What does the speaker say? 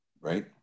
right